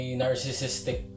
narcissistic